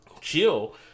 chill